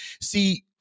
See